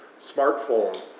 smartphone